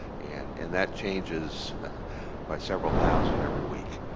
and in that changes by several thousand every week.